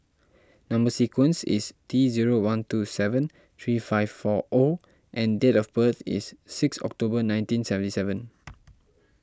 Number Sequence is T zero one two seven three five four O and date of birth is six October nineteen seventy seven